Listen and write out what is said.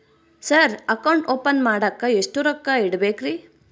Sir account open ಮಾಡಾಕ ಎಷ್ಟು ರೊಕ್ಕ ಇಡಬೇಕ್ರಿ?